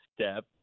step